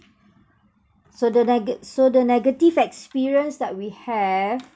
so the nega~ so the negative experience that we have